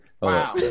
wow